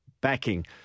backing